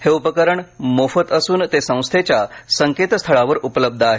हे उपकरण मोफत असून ते संस्थेच्या संकेतस्थळावर उपलब्ध आहे